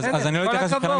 בסדר, עם כל הכבוד.